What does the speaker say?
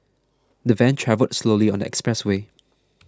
the van travelled slowly on the expressway